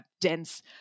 dense